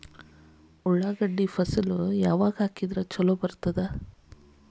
ಉಳ್ಳಾಗಡ್ಡಿ ಯಾವಾಗ ಹಾಕಿದ್ರ ಛಲೋ ಬರ್ತದ?